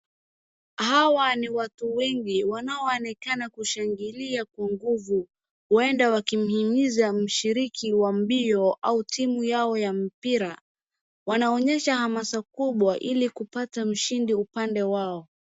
Hawa ni watu wengi wanaonekana kushangilia kwa nguvu huenda wakimhimiza mshiriki wa mbio au timu yao ya mpira. Wanaonyesha hamasa kubwa ili kupata mshindi upande wao.